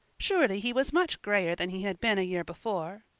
surely he was much grayer than he had been a year before.